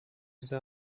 diese